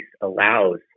allows